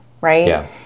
right